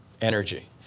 energy